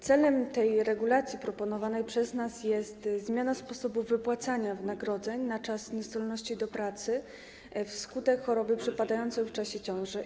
Celem tej regulacji proponowanej przez nas jest zmiana sposobu wypłacania wynagrodzeń za czas niezdolności do pracy wskutek choroby przypadającej w czasie ciąży.